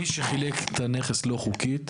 מי שחילק את הנכס לא חוקית,